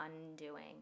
undoing